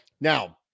Now